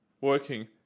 working